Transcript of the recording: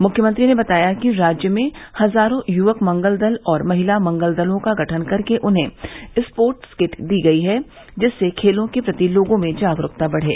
मुख्यमंत्री ने बताया कि राज्य में हजारों युवक मंगल दल और महिला मंगल दलों का गठन करके उन्हें स्पोर्टकिट दी गई है जिससे खेलों के प्रति लोगों में जागरूकता बढ़े